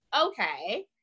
okay